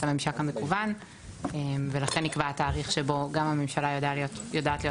הממשק המקוון ולכן נקבע התאריך שבו גם הממשלה יודעת להיות